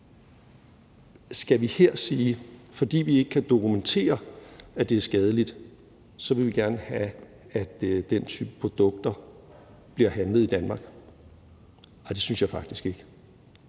Skal vi her sige, at vi, fordi vi ikke kan dokumentere, at det er skadeligt, så gerne vil have, at den type produkter bliver handlet i Danmark? Nej, det synes jeg faktisk ikke.